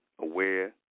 aware